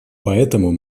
поэтому